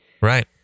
Right